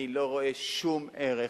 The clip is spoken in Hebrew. אני לא רואה שום ערך